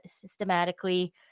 systematically